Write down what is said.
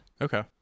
okay